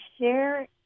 share